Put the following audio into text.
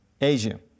Asia